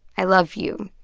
i love you.